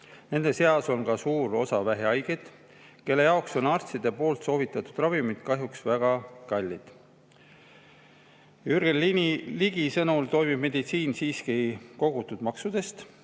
Nende seas on ka suur osa vähihaigeid, kelle jaoks on arstide soovitatud ravimid kahjuks väga kallid. Jürgen Ligi sõnul toimib meditsiin siiski kogutud maksudest.